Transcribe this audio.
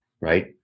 Right